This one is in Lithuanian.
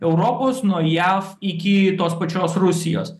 europos nuo jav iki tos pačios rusijos